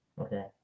okay